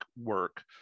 work